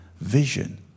vision